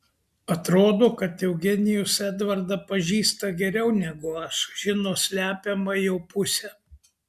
atrodo kad eugenijus edvardą pažįsta geriau negu aš žino slepiamą jo pusę